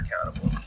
accountable